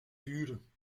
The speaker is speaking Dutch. vuren